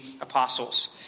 apostles